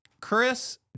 Chris